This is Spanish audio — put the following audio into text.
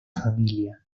familia